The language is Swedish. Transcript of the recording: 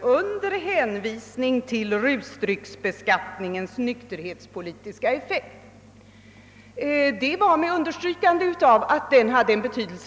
»under hänvisning till rusdrycksbeskattningens nykterhetspolitiska effekt». Finansministern underströk alltså att skattehöjningen hade en sådan betydelse.